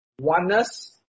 oneness